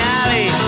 alley